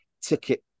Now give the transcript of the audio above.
ticket